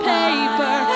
paper